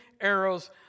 arrows